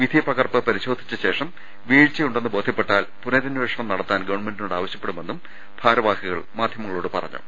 വിധി പകർപ്പ് പരിശോധിച്ച ശേഷം വീഴ്ച്ചയുണ്ടെന്ന് ബോധ്യപ്പെട്ടാൽ പുന രന്വേഷണം നടത്താൻ ഗവൺമെന്റിനോട് ആവശ്യപ്പെടുമെന്നും ഭാര വാഹികൾ മാധ്യമങ്ങളോട് പറഞ്ഞു